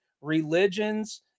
religions